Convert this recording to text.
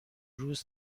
روز